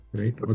right